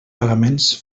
pagaments